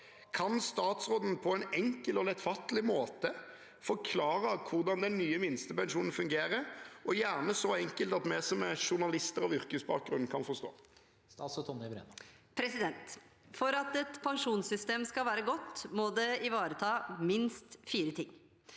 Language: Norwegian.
Kan statsråden på en enkel og lettfattelig måte forklare hvordan den nye minstepensjonen fungerer?» – og gjerne så enkelt at vi som er journalister av yrkesbakgrunn kan forstå det. Statsråd Tonje Brenna For at et pen- sjonssystem skal være godt, må det ivareta minst fire ting.